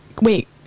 wait